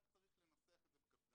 רק צריך לנסח את זה בקפדנות.